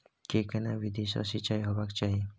के केना विधी सॅ सिंचाई होबाक चाही?